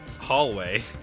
hallway